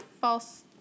False